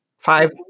five